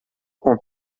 com